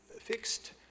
fixed